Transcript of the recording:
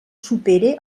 supere